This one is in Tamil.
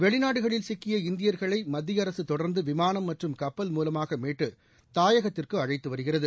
வெளிநாடுகளில் சிக்கிய இந்தியர்களை மத்திய அரசு தொடர்ந்து விமானம் மற்றம் கப்பல் மூலமாக மீட்டு தாயகத்திற்கு அழைத்து வருகிறது